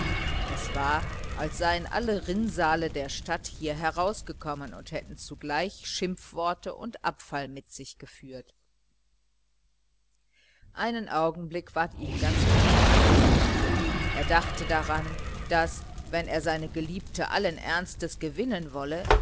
es war als seien alle rinnsteine der stadt hier herausgekommen und hätten zugleich schimpfworte und abfall mit sich geführt einen augenblick ward ihm ganz unheimlich zumute er dachte daran daß wenn er seine geliebte allen ernstes gewinnen wolle